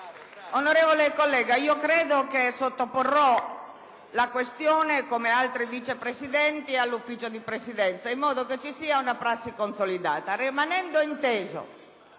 Onorevole collega, io sottoporrò la questione, come altri Vice Presidenti, al Consiglio di Presidenza, in modo che ci sia una prassi consolidata, rimanendo inteso